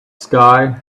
sky